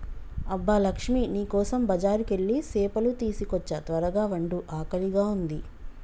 అబ్బ లక్ష్మీ నీ కోసం బజారుకెళ్ళి సేపలు తీసుకోచ్చా త్వరగ వండు ఆకలిగా ఉంది